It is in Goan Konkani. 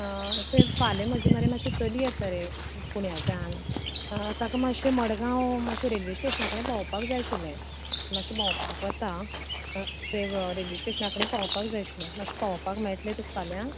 आं फाल्यां म्हजें मरे मात्शें चली येता रे पुण्याच्यान ताका मात्शें मडगांव मात्शें रेल्वे स्टेशना कडेन पावपाक जाय आशिल्लें मात्शें भोंवपाक वता थंय रेल्वे स्टेशना कडेन पावोवपाक जाय आशिल्लें मात्शें पावोवपाक मेळटलें तुका फाल्यां